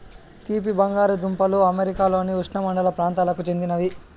తీపి బంగాలదుంపలు అమెరికాలోని ఉష్ణమండల ప్రాంతాలకు చెందినది